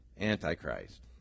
Antichrist